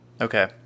Okay